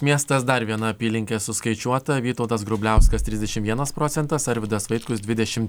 miestas dar viena apylinkė suskaičiuota vytautas grubliauskas trisdešimt vienas procentas arvydas vaitkus dvidešimt